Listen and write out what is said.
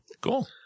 cool